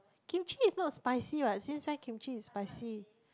Kimchi is not spicy what since when Kimchi is spicy